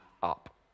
up